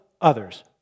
others